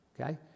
okay